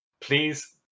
please